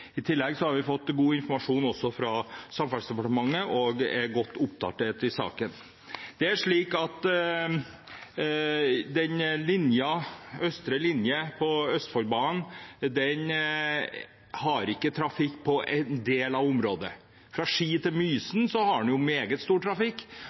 I tillegg har vi også fått god informasjon fra Samferdselsdepartementet og er godt oppdatert i saken. Det er slik at østre linje på Østfoldbanen har ikke trafikk på en del av området. Fra Ski til